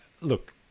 look